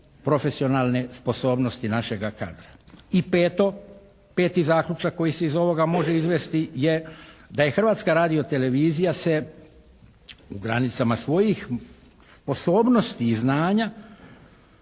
profesionalne sposobnosti našega kadra. I peto, peti zaključak koji se iz ovoga može izvesti je da je Hrvatska radiotelevizija se u granicama svojih sposobnosti i znanja